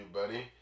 buddy